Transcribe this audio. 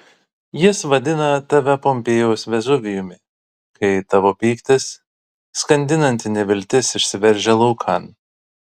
jis vadina tave pompėjos vezuvijumi kai tavo pyktis skandinanti neviltis išsiveržia laukan